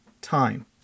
time